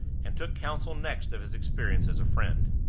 and took counsel next of his experience as a friend.